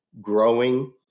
growing